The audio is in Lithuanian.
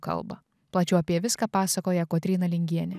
kalbą plačiau apie viską pasakoja kotryna lingienė